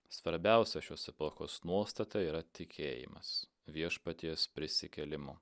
svarbiausia šios epochos nuostata yra tikėjimas viešpaties prisikėlimu